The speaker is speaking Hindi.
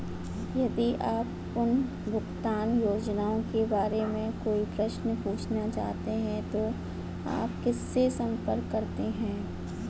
यदि आप पुनर्भुगतान योजनाओं के बारे में कोई प्रश्न पूछना चाहते हैं तो आप किससे संपर्क करते हैं?